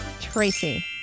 Tracy